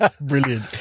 Brilliant